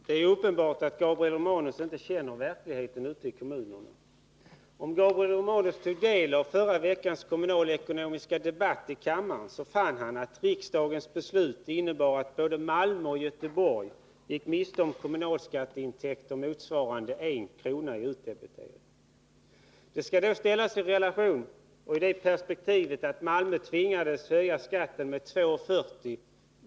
Herr talman! Det är uppenbart att Gabriel Romanus inte känner till verkligheten ute i kommunerna. Om Gabriel Romanus tog del av förra veckans kommunalekonomiska debatt i kammaren fann han att riksdagens beslut innebar att både Malmö och Göteborg gick miste om kommunalskatteintäkter motsvarande 1 kr. i utdebitering. Detta skall ses i det perspektivet att Malmö tvingades höja skatten med 2:40 kr.